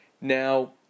Now